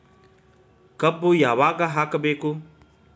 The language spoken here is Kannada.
ಕಬ್ಬು ಯಾವಾಗ ಹಾಕಬೇಕು?